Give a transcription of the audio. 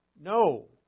no